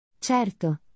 Certo